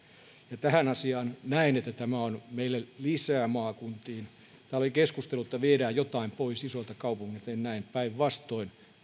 tässä asiassa näen että tämä on meille lisää maakuntiin täällä oli keskustelu että viedään jotain pois isoilta kaupungeilta näin päinvastoin